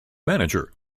manager